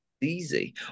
easy